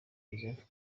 joseph